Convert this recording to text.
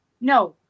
No